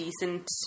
decent